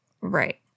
right